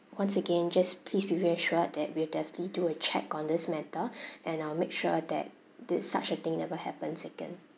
once again just please be reassured that we will definitely do a check on this matter and I'll make sure that this such a thing never happens again